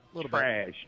Trash